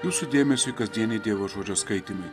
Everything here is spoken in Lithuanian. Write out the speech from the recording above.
jūsų dėmesiui kasdieniai dievo žodžio skaitymai